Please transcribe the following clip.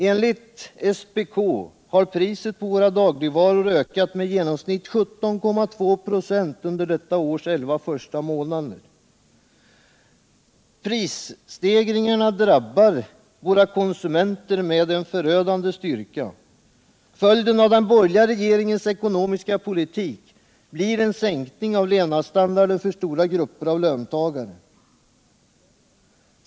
Enligt SPK har priset på våra dagligvaror ökat med i genomsnitt 17,2 96 under detta års elva första månader. Prisstegringarna drabbar konsumenterna med förödande styrka. Följden av den borgerliga regeringens ekonomiska politik blir en sänkning av levnadsstandarden för stora grupper av löntagare.